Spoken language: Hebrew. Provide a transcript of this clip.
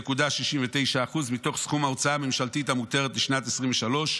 0.69% מתוך סכום ההוצאה הממשלתית המותרת בשנת 2023,